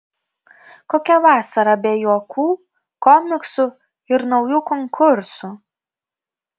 kokia vasara be juokų komiksų ir naujų konkursų